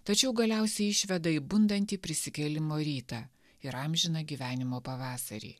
tačiau galiausiai išveda į bundantį prisikėlimo rytą ir amžiną gyvenimo pavasarį